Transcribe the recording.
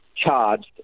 charged